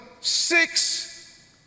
six